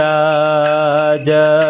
Raja